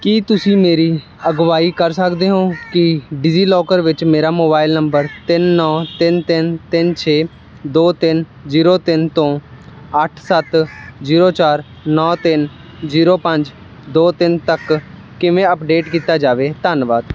ਕੀ ਤੁਸੀਂ ਮੇਰੀ ਅਗਵਾਈ ਕਰ ਸਕਦੇ ਹੋ ਕਿ ਡਿਜੀਲਾਕਰ ਵਿੱਚ ਮੇਰਾ ਮੋਬਾਈਲ ਨੰਬਰ ਤਿੰਨ ਨੌਂ ਤਿੰਨ ਤਿੰਨ ਤਿੰਨ ਛੇ ਦੋ ਤਿੰਨ ਜ਼ੀਰੋ ਤਿੰਨ ਤੋਂ ਅੱਠ ਸੱਤ ਜ਼ੀਰੋ ਚਾਰ ਨੌਂ ਤਿੰਨ ਜ਼ੀਰੋ ਪੰਜ ਦੋ ਤਿੰਨ ਤੱਕ ਕਿਵੇਂ ਅੱਪਡੇਟ ਕੀਤਾ ਜਾਵੇ ਧੰਨਵਾਦ